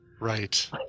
Right